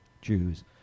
Jews